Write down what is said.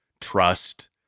trust